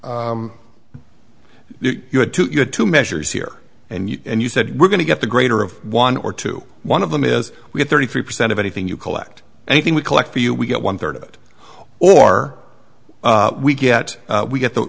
fees you had to you had two measures here and you said we're going to get the greater of one or two one of them is we have thirty three percent of anything you collect anything we collect for you we get one third of it or we get we get the